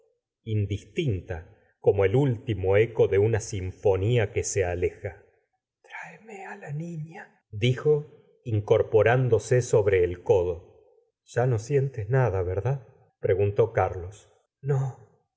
indistinta como el último eco de una sinfonía que se aleja tráeme á la niña dijo incorporándose sobre el codo ya no sientes nada verdad preguntó carlos no